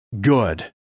good